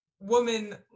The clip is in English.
woman